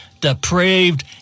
depraved